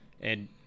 and-